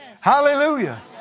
Hallelujah